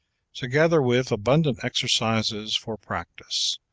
together with abundant exercises for practise,